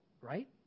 Right